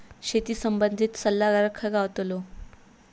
शेती संबंधित सल्लागार खय गावतलो?